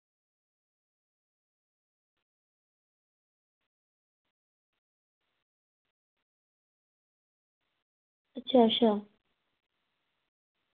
अच्छा अच्छा